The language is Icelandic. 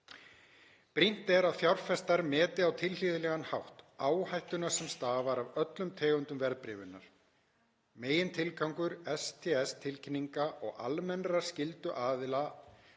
Brýnt er að fjárfestar meti á tilhlýðilegan hátt áhættuna sem stafar af öllum tegundum verðbréfunar. Megintilgangur STS-tilkynninga og almennrar skyldu aðila